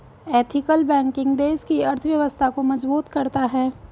ethical banking देश की अर्थव्यवस्था को मजबूत करता है